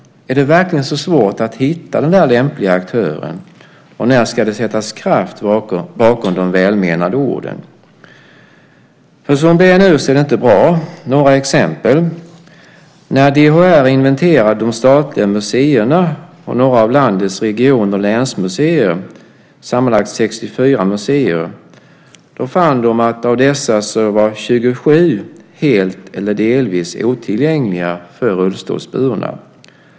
Är det verkligen så svårt att hitta den lämpliga aktören? När ska det sättas kraft bakom de välmenande orden? Som det är nu är det inte bra. Jag ska ge några exempel. När DHR inventerade de statliga museerna och några av landets region och länsmuseer, sammanlagt 64 museer, fann de att av dessa var 27 helt eller delvis otillgängliga för rullstolsburna.